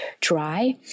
dry